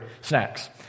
snacks